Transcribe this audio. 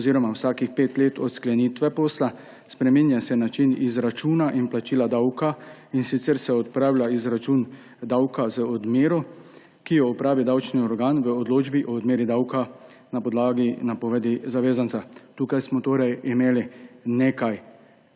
oziroma vsakih pet let od sklenitve posla. Spreminja se način izračuna in plačila davka, in sicer se odpravlja izračun davka z odmero, ki jo opravi davčni organ v odločbi o odmeri davka na podlagi napovedi zavezanca. Tukaj smo torej imeli nekaj